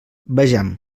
vejam